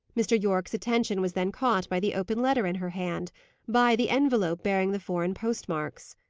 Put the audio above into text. mr. yorke's attention was then caught by the open letter in her hand by the envelope bearing the foreign post-marks.